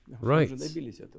Right